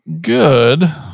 Good